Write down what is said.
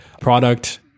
product